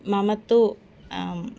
मम तु